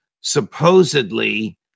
supposedly